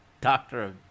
Doctor